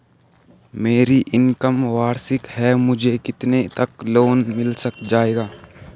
मेरी इनकम वार्षिक है मुझे कितने तक लोन मिल जाएगा?